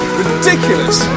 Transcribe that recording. ridiculous